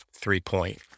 three-point